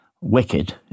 wicked